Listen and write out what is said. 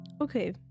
Okay